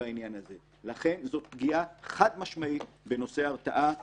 לכן זו פגיעה חד משמעית בנושא ההרתעה,